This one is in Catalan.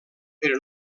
però